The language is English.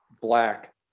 black